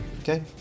Okay